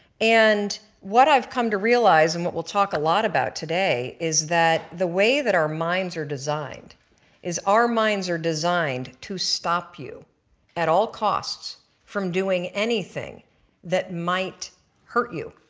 and what i've come to realize and what we'll talk a lot about today is that the way that our minds are designed is our minds are designed to stop you at all cost from doing anything that might hurt you.